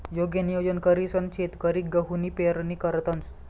योग्य नियोजन करीसन शेतकरी गहूनी पेरणी करतंस